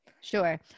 Sure